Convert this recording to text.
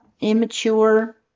immature